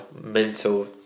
mental